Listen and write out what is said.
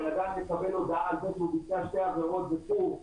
בן אדם מקבל הודעה על זה שהוא ביצע שתי עבירות זה קורס,